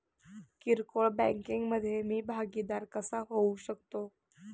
किरकोळ बँकिंग मधे मी भागीदार कसा होऊ शकतो?